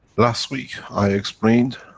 last week i explained,